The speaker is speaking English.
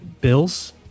Bills